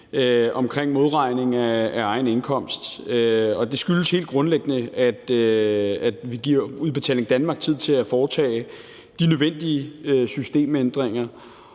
omkring modregning af egen indkomst, og det skyldes helt grundlæggende, at vi giver Udbetaling Danmark tid til at foretage de nødvendige systemændringer.